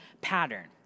pattern